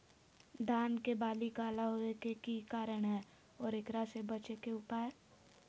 धान के बाली काला होवे के की कारण है और एकरा से बचे के उपाय?